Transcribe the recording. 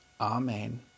Amen